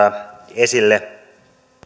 esille